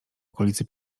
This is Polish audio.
okolicy